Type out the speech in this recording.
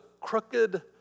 crooked